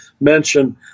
mention